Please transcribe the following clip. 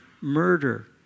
murder